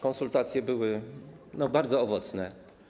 Konsultacje były bardzo owocne.